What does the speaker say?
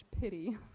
pity